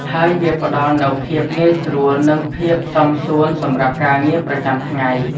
ហើយវាផ្តល់នូវភាពងាយស្រួលនិងភាពសមសួនសម្រាប់ការងារប្រចាំថ្ងៃ។